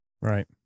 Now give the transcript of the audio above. Right